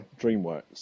DreamWorks